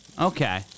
Okay